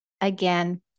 again